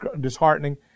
disheartening